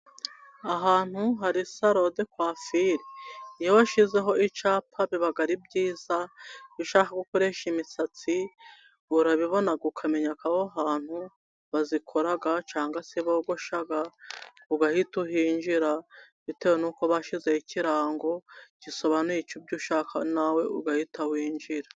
Ahantu hari saro de kwafire iyo washyizeho icyapa biba ari byiza, iyo ushaka gukoresha imisatsi urabibona ukamenyako aho hantu bayikora, cyangwa se bogosha ugahita uhinjira, bitewe n'uko bashyizeho ikirango gisobanuye ibyo ushaka nawe ugahita winjira.